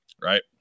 right